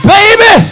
Baby